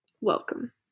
Welcome